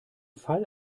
fall